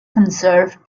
conserved